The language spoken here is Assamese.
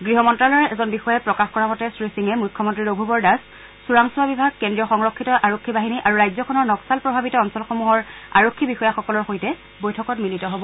গৃহ মন্ত্ৰালয়ৰ এজন বিষয়াই প্ৰকাশ কৰা মতে শ্ৰীসিঙে মুখ্যমন্ত্ৰী ৰঘুবৰ দাস চোৰাংচোৱা বিভাগ কেন্দ্ৰীয় সংৰক্ষিত আৰক্ষী বাহিনী আৰু ৰাজ্যখনৰ নক্সাল প্ৰভাৱিত অঞ্চলসমূহৰ আৰক্ষী বিষয়াসকলৰ সৈতে বৈঠকত মিলিত হ'ব